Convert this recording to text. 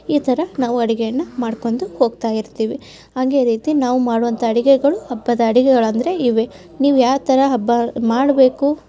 ಈ ಥರ ನಾವು ಅಡುಗೆಯನ್ನು ಮಾಡ್ಕೊಂಡು ಹೋಗ್ತಾ ಇರ್ತೀವಿ ಹಾಗೆ ರೀತಿ ನಾವು ಮಾಡುವಂಥ ಅುಡಗೆಗಳು ಹಬ್ಬದ ಅಡುಗೆಗಳೆಂದರೆ ಇವೆ ನೀವು ಯಾವ ಥರ ಹಬ್ಬ ಮಾಡಬೇಕು